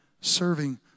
serving